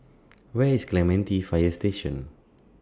Where IS Clementi Fire Station